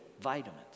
vitamins